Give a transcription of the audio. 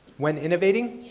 when innovating?